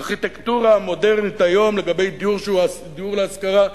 הארכיטקטורה המודרנית היום לגבי דיור שהוא דיור להשכרה,